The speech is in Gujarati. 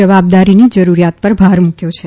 જવાબદારીની જરુરીયાત પર ભાર મૂક્યો છે